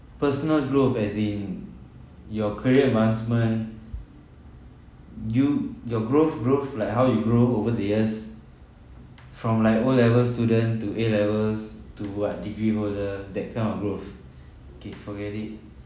personal growth as in your career advancement you your growth growth like how you grow over the years from like O level student to A levels to what degree holder that kind of growth okay forget it